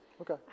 okay